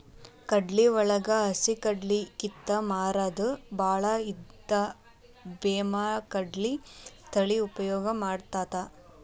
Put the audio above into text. ಕಡ್ಲಿವಳಗ ಹಸಿಕಡ್ಲಿ ಕಿತ್ತ ಮಾರುದು ಬಾಳ ಇದ್ದ ಬೇಮಾಕಡ್ಲಿ ತಳಿ ಉಪಯೋಗ ಮಾಡತಾತ